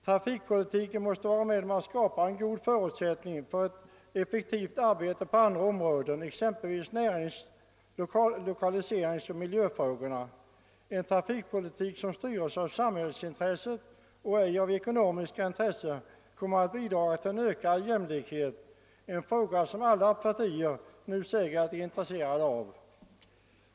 Trafikpolitiken måste hjälpa till att skapa goda förutsättningar för ett effektivt arbete på andra områden, exempelvis när det gäller närings-, lokaliseringsoch miljöfrågorna. En trafikpolitik som styrs av samhällsintressen och ej av ekonomiska intressen kommer att bidra till en ökad jämlikhet, något som alla partier nu säger sig vara intresserade av.